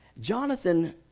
Jonathan